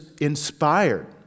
inspired